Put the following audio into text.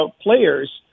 players